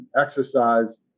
exercise